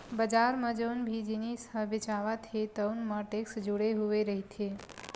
बजार म जउन भी जिनिस ह बेचावत हे तउन म टेक्स जुड़े हुए रहिथे